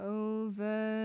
over